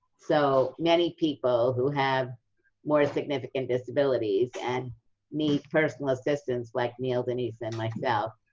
so, many people who have more significant disabilities and need personal assistance like neil, denise, and myself,